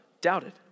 doubted